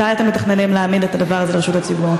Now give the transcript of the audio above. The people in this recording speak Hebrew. מתי אתם מתכננים להעמיד את הדבר הזה לרשות הציבור?